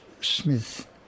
Smith